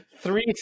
three